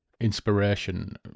inspiration